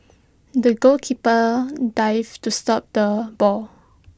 the goalkeeper dived to stop the ball